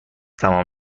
تمام